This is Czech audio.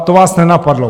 To vás nenapadlo.